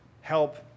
help